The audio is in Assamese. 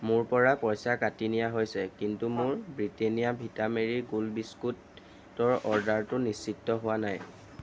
মোৰ পৰা পইচা কাটি নিয়া হৈছে কিন্তু মোৰ Britannia Vita Marie Gold biscuit টৰ অৰ্ডাৰটো নিশ্চিত হোৱা নাই